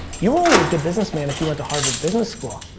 you were only a good business man if you went to harvard business school.